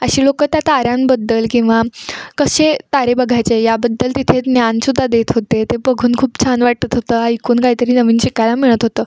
अशी लोक त्या ताऱ्यांबद्दल किंवा कसे तारे बघायचे याबद्दल तिथे ज्ञान सुद्धा देत होते ते बघून खूप छान वाटत होतं ऐकून काहीतरी नवीन शिकायला मिळत होतं